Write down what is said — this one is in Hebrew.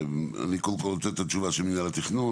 אני קודם כל רוצה את התשובה של מנהל התכנון,